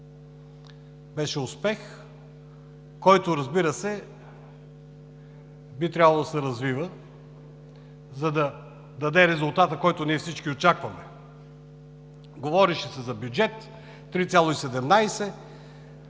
Беше успех, който, разбира се, би трябвало да се развива, за да даде резултата, който ние всички очакваме. Говореше се за бюджет – 3,17.